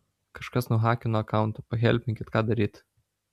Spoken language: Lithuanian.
kažkas nuhakino akauntą pahelpinkit ką daryt